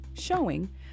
showing